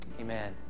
Amen